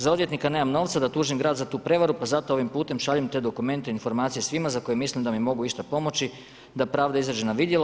Za odvjetnika nemam novca da tužim grad za tu prevaru pa zato ovim putem šaljem te dokumente i informacije svima za koje mislim da mi mogu išta pomoći da pravda izađe na vidjelo.